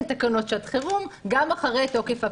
תקנות שעת חירום גם אחרי פקיעת התוקף.